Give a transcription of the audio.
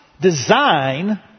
design